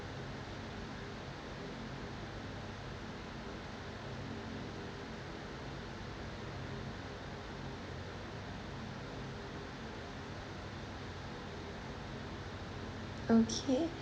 okay